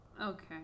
Okay